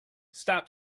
stop